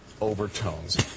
Overtones